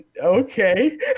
okay